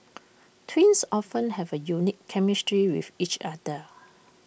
twins often have A unique chemistry with each other